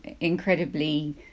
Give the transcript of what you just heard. incredibly